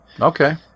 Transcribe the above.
Okay